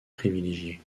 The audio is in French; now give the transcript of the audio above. privilégié